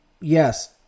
Yes